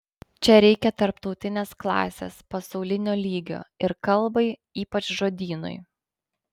čia reikia tarptautinės klasės pasaulinio lygio ir kalbai ypač žodynui